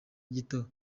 gito